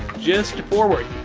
just forward.